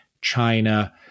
China